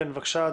בבקשה,